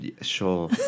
sure